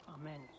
Amen